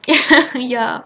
ya